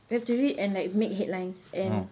we have to read and like make headlines and